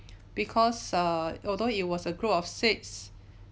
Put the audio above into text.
because err although it was a group of six